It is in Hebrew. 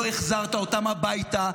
לא החזרת אותם הביתה.